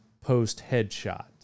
post-headshot